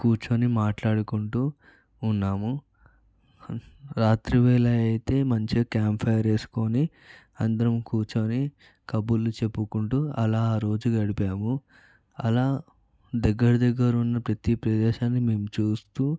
కూర్చుని మాట్లాడుకుంటూ ఉన్నాము రాత్రి వేళ అయితే మంచిగా క్యాంప్ ఫైర్ వేసుకొని అందరం కూర్చుని కబుర్లు చెప్పుకుంటూ అలా ఆరోజు గడిపాము అలా దగ్గర దగ్గర ఉన్న ప్రతి ప్రదేశాన్ని మేము చూస్తూ